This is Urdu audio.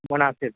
مناسب